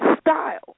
style